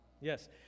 Yes